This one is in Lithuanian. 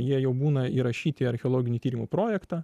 jie jau būna įrašyti į archeologinių tyrimų projektą